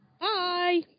Bye